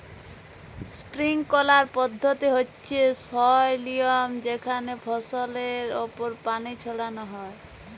sprinkler পদ্ধতি হচ্যে সই লিয়ম যেখানে ফসলের ওপর পানি ছড়ান হয়